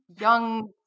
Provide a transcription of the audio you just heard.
young